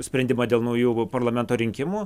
sprendimą dėl naujų parlamento rinkimų